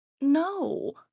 no